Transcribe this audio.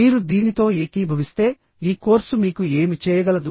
మీరు దీనితో ఏకీభవిస్తే ఈ కోర్సు మీకు ఏమి చేయగలదు